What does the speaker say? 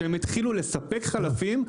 כשהם התחילו לספק חלפים,